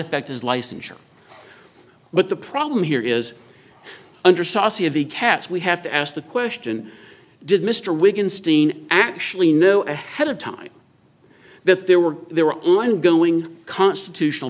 affect his licensure but the problem here is under saussy of the cats we have to ask the question did mr wigan steen actually know ahead of time that there were there were ongoing constitutional